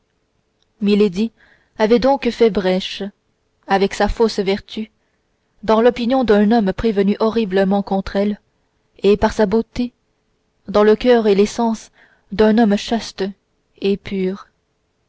milady avait donc fait brèche avec sa fausse vertu dans l'opinion d'un homme prévenu horriblement contre elle et par sa beauté dans le coeur et les sens d'un homme chaste et pur